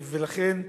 ולכן,